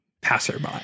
Passerby